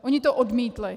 Oni to odmítli.